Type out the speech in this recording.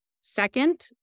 Second